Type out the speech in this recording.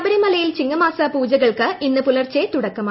ശബരിമലയിൽ ചിങ്ങമാസ പൂജകൾക്ക് ഇന്ന് പൂലർച്ചെ തുടക്കമായി